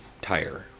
tire